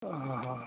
हां हां